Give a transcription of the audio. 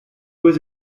was